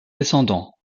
descendants